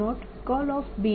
અને તેથી W120dr